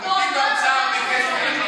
אני יושבת בוועדת שרים לענייני חקיקה,